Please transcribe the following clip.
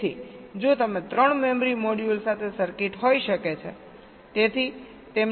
તેથી જો તમે 3 મેમરી મોડ્યુલ્સ સાથે સરકીટ હોઈ શકે છે